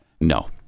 No